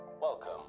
Welcome